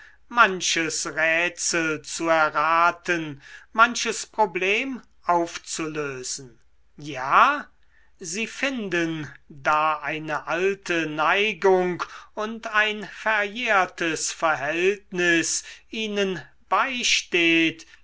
manches rätsel zu erraten manches problem aufzulösen ja sie finden da eine alte neigung und ein verjährtes verhältnis ihnen beisteht